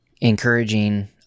encouraging